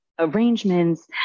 arrangements